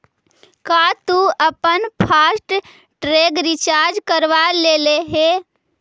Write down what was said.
का तु अपन फास्ट टैग रिचार्ज करवा लेले हे?